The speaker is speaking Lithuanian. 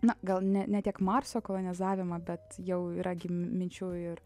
na gal ne ne tiek marso kolonizavimą bet jau yra gi minčių ir